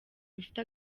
bifite